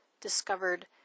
discovered